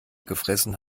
gefressen